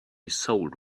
sold